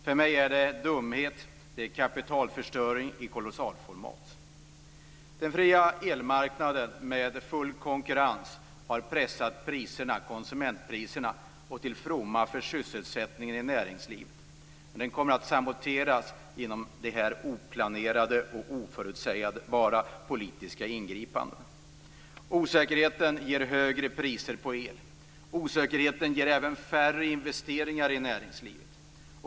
För mig är det en dumhet och kapitalförstöring i kolossalformat. Den fria elmarknaden med full konkurrens har pressat konsumentpriserna till fromma för sysselsättningen i näringslivet, men den kommer att saboteras genom de här oplanerade och oförutsägbara politiska ingripandena. Osäkerheten ger högre priser på el. Osäkerheten ger vidare färre investeringar i näringslivet.